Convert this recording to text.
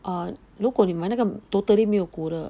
err 如果你买那个 totally 没有骨的